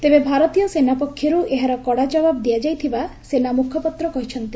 ତେବେ ଭାରତୀୟ ସେନା ପକ୍ଷରୁ ଏହାର କଡ଼ା ଜବାବ୍ ଦିଆଯାଇଥିବା ସେନା ମୁଖପାତ୍ର କହିଛନ୍ତି